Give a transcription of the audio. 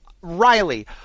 Riley